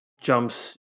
jumps